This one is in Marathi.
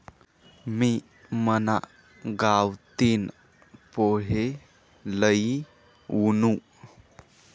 मी मना गावतीन पोहे लई वुनू